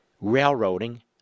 railroading